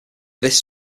this